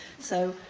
so,